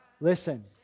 Listen